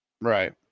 Right